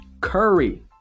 Curry